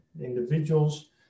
individuals